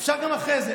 אפשר גם אחרי זה.